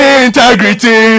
integrity